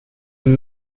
and